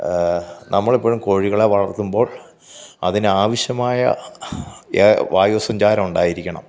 നമ്മളെപ്പോഴും കോഴികളെ വളർത്തുമ്പോൾ അതിന് ആവശ്യമായ എ വായുസഞ്ചാരം ഉണ്ടായിരിക്കണം